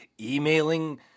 Emailing